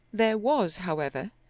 there was, however,